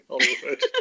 Hollywood